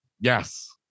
Yes